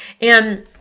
And-